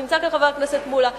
נמצא כאן חבר הכנסת מולה,